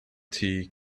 tea